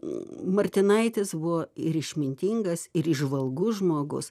martinaitis buvo ir išmintingas ir įžvalgus žmogus